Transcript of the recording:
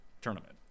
tournament